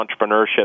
entrepreneurship